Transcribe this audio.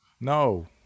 No